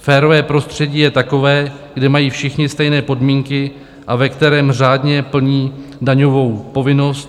Férové prostředí je takové, kde mají všichni stejné podmínky a ve kterém řádně plní daňovou povinnost.